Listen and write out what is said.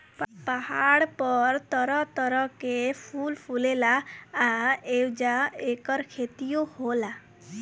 पहाड़ पर तरह तरह के फूल मिलेला आ ऐजा ऐकर खेतियो होला